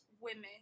women